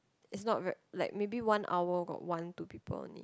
is not very like maybe one hour got one two people only